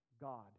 God